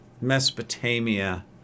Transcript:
Mesopotamia